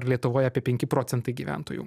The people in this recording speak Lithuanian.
lietuvoje apie penkti procentai gyventojų